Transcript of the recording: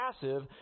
passive